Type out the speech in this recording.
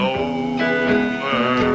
over